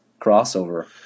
crossover